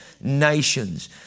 nations